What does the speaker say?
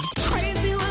Crazy